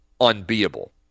unbeatable